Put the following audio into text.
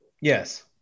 Yes